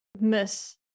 miss